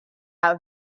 out